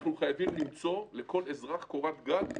אנחנו חייבים למצוא לכל אזרח קורת גג.